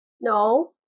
No